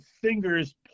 fingers